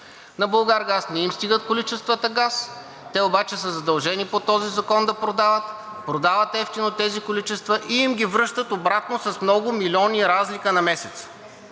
на Булгаргаз не им стигат количествата газ, те обаче са задължени по този закон да продават – продават евтино тези количества и им ги връщат обратно с много милиони разлика на месец.